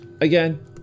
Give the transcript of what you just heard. again